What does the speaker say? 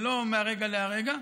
זה לא מהרגע להרגע.